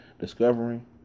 discovering